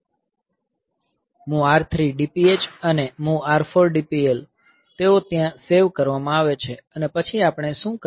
MOV R3 DPH અને MOV R4DPL તેઓ ત્યાં સેવ કરવામાં આવે છે અને પછી આપણે શું કરીએ